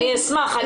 אני אשמח.